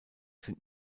sind